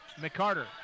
McCarter